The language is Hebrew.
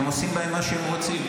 הם עושים בהם מה שהם רוצים,